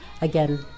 again